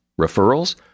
Referrals